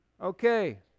Okay